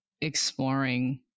exploring